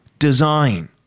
design